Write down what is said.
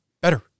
better